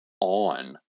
on